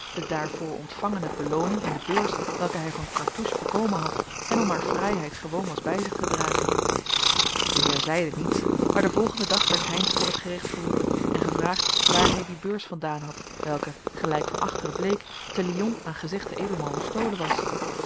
de daarvoor ontvangene belooning in de beurs welke hij van cartouche bekomen had en om haar fraaiheid gewoon was bij zich te dragen de heer zeide niets maar den volgenden dag werd heynsz voor het gerecht geroepen en gevraagd waar hij die beurs vandaan had welke gelijk van achteren bleek te lyon aan gezegden edelman ontstolen was